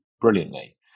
brilliantly